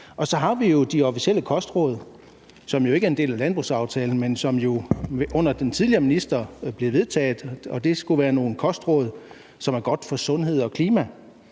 Og så har vi de officielle kostråd, som jo ikke er en del af landbrugsaftalen, men som blev vedtaget under den tidligere minister. Det skulle være nogle kostråd, som er gode for sundhed og klima.